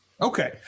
Okay